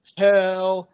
hell